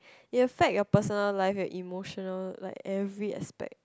it'll affect your personal life your emotional like every aspect